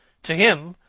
to him,